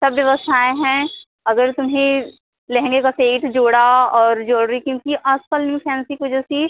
सब व्यवस्थाएँ हैं अगर तुम्हें लहंगे का सेट जोड़ा और ज्वेलरी क्योंकि आस पास फैंसी की वजह से